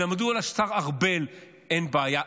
מדוע לשר ארבל אין בעיה?